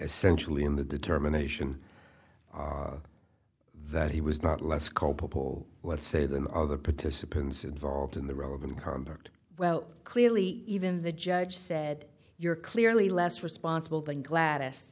essentially in the determination that he was not less culpable let's say than other participants involved in the relevant conduct well clearly even the judge said you're clearly less responsible than gladys